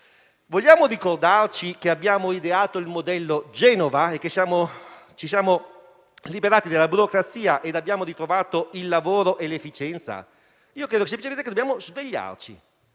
Vogliamo ricordarci che abbiamo ideato il modello Genova, che siamo ci siamo liberati della burocrazia ed abbiamo ritrovato il lavoro e l'efficienza? Io credo semplicemente che dobbiamo svegliarci.